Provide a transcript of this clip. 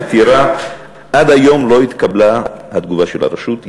בטירה, עד היום לא התקבלה התגובה של הרשות.